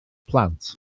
plant